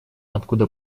откуда